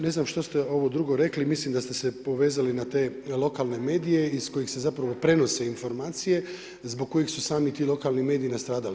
Ne znam šta ste ovo drugo rekli, mislim da ste se povezali na te lokalne medije iz kojih se prenose informacije zbog kojih su sami ti lokalni mediji nastradali.